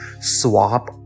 swap